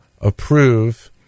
approve